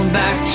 back